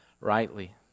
rightly